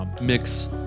mix